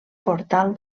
portal